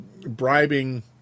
bribing